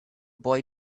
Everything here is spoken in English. boy